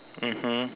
mmhmm